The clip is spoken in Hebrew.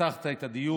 שבהן פתחת את הדיון.